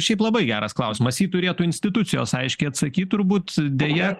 šiaip labai geras klausimas jį turėtų institucijos aiškiai atsakyt turbūt deja